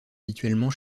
habituellement